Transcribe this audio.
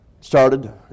started